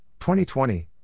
2020